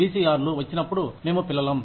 VCR లు వచ్చినప్పుడు మేము పిల్లలం